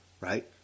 right